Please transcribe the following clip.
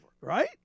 Right